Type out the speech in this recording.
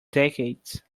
decades